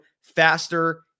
faster